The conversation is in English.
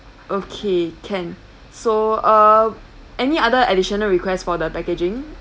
okay can so uh any other additional request for the packaging